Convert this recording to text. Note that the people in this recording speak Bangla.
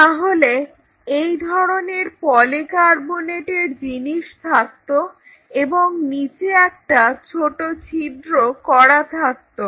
তাহলে এই ধরনের পলিকার্বনেটের জিনিস থাকতো এবং নিচে একটা ছোট ছিদ্র করা থাকতো